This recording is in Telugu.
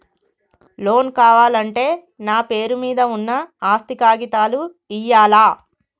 లోన్ కావాలంటే నా పేరు మీద ఉన్న ఆస్తి కాగితాలు ఇయ్యాలా?